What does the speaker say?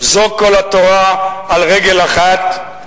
"זו כל התורה על רגל אחת,